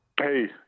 Hey